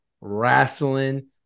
wrestling